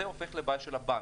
זה הופך לבעיה של הבנק.